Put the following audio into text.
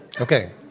Okay